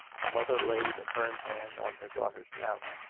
her mother laid a firm hand on her daughter's mouth.